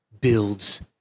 builds